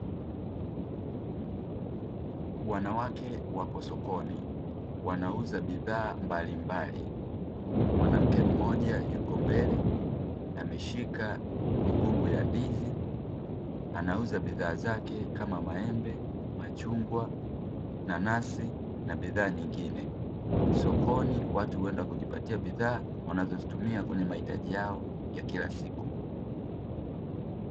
Wanawake wapo sokoni, wanauza bidhaa mbalimbali, mwanamke mmoja yupo mbele, ameshika mikungu ya ndizi, anauza bidhaa zake kama: maembe, machungwa, nanasi na bidhaa nyingine, sokoni watu huenda kujipatia bidhaa wanazozitumia kwenye mahitaji yao ya kila siku.